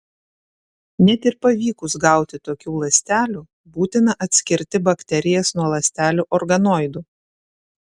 net ir pavykus gauti tokių ląstelių būtina atskirti bakterijas nuo ląstelių organoidų